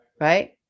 right